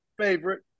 favorite